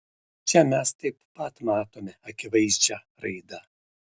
čia mes taip pat matome akivaizdžią raidą